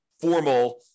formal